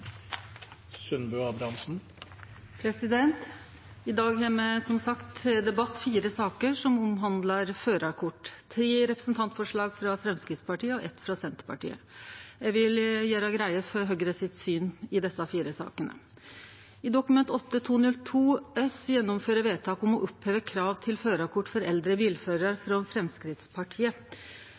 I dag har me som sagt til debatt fire saker som omhandlar førarkort: tre representantforslag frå Framstegspartiet og eitt frå Senterpartiet. Eg vil gjere greie for Høgre sitt syn i desse fire sakene. Dokument 8:202 S for 2020–2021, frå Framstegspartiet, handlar om å gjennomføre vedtak om å oppheve krav til helseattest for eldre